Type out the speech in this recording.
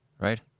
Right